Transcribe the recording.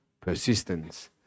persistence